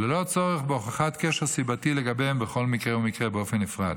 וללא צורך בהוכחת קשר סיבתי לגביהם בכל מקרה ומקרה באופן נפרד.